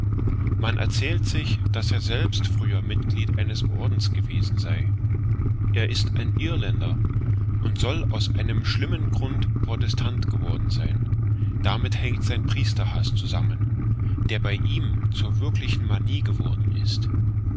man erzählt sich daß er selbst früher mitglied eines ordens gewesen sei er ist ein irländer und soll aus einem schlimmen grunde protestant geworden sein damit hängt sein priesterhaß zusammen der bei ihm zur wirklichen manie geworden ist